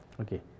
okay